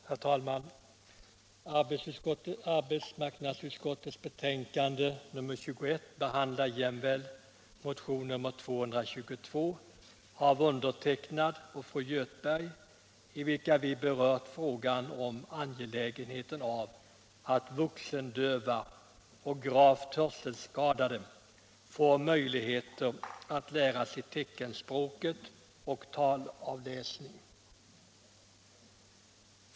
Herr talman! Arbetsmarknadsutskottets betänkande nr 21 behandlar jämväl motionen 1976/77:222 av mig och fru Göthberg, i vilken vi berört angelägenheten av att vuxendöva och gravt hörselskadade får möjligheter att lära sig teckenspråk och talavläsning.